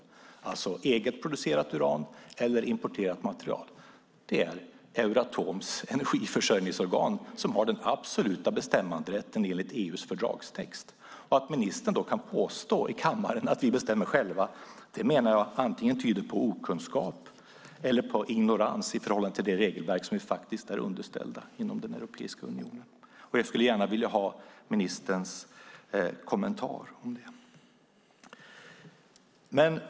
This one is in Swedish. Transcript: Det gäller alltså eget producerat uran eller importerat material. Det är Euroatoms energiförsörjningsorgan som har den absoluta bestämmanderätten enligt EU:s fördragstext. Att ministern då kan påstå i kammaren att vi bestämmer själva menar jag tyder antingen på okunskap eller på ignorans i förhållande till det regelverk som vi är underställda inom Europeiska unionen. Jag skulle gärna vilja ha ministerns kommentar till det.